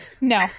No